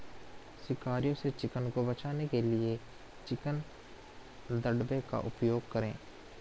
शिकारियों से चिकन को बचाने के लिए चिकन दड़बे का उपयोग करें